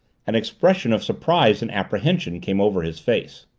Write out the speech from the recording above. an expression of surprise and apprehension came over his face.